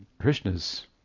Krishna's